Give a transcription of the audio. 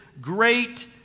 great